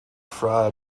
fraud